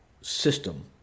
system